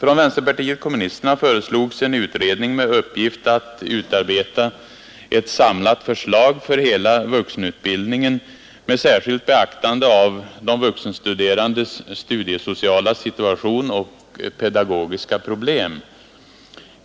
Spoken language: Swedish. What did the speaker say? Från vänsterpartiet kommunisterna föreslogs en utredning med uppgift att utarbeta ett samlat förslag för hela vuxenutbildningen med särskilt beaktande av de vuxenstuderandes studiesociala situation och pedagogiska problem.